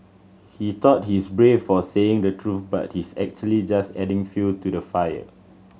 he thought he's brave for saying the truth but he's actually just adding fuel to the fire